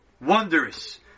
wondrous